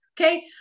Okay